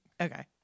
Okay